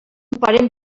parent